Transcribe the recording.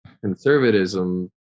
conservatism